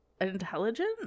intelligent